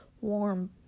warm